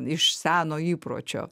iš seno įpročio